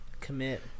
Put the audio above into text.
commit